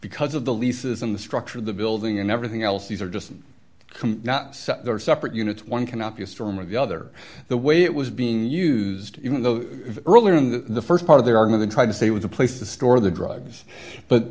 because of the leases and the structure of the building and everything else these are just come not separate units one cannot be a storm of the other the way it was being used even though earlier in the st part of their arm of the try to stay with a place to store the drugs but